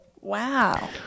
Wow